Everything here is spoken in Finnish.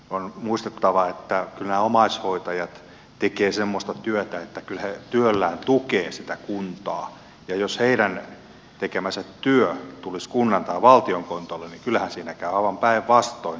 on muistettava että kyllä nämä omaishoitajat tekevät semmoista työtä että he työllään tukevat sitä kuntaa ja jos heidän tekemänsä työ tulisi kunnan tai valtion kontolle niin kyllähän siinä käy aivan päinvastoin